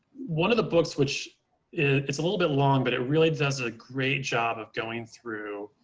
one of the books which it's a little bit long, but it really does a great job of going through